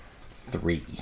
three